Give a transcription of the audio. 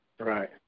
Right